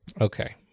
Okay